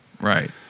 Right